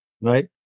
right